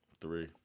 Three